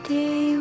day